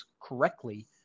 correctly